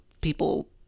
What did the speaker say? people